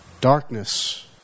Darkness